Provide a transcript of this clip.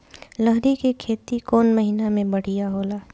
लहरी के खेती कौन महीना में बढ़िया होला?